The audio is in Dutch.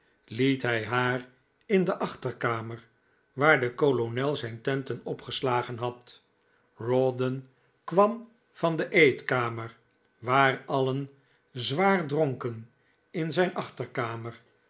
liet hij haar in de achterkamer waar de kolonel zijn tenten opgeslagen had rawdon kwam van de eetkamer waar alien zwaar dronken in zijn achterkamer